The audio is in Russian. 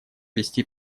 вести